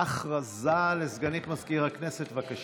(מחיאות כפיים) הודעה לסגנית מזכיר הכנסת, בבקשה.